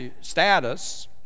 status